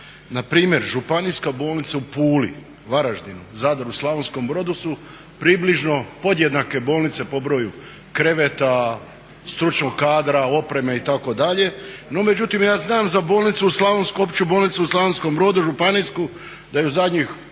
zašto npr. županijska bolnica u Puli, Varaždinu, Zadru, Slavonskom Brodu su približno podjednake bolnice po broju kreveta, stručnog kadra, opreme itd. No međutim, ja znam za Opću bolnicu u Slavonskom Brodu županijsku da je u zadnjih pa